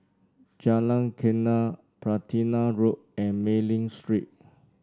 Jalan Geneng Platina Road and Mei Ling Street